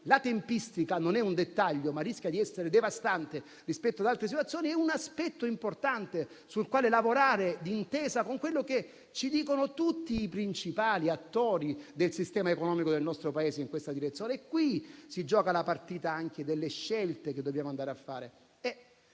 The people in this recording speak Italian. la tempistica non è un dettaglio, ma rischia di essere devastante rispetto ad altre situazioni, è un aspetto importante sul quale lavorare d'intesa con quello che ci dicono tutti i principali attori del sistema economico del nostro Paese in questa direzione. Qui si gioca la partita delle scelte che dobbiamo fare.